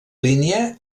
línia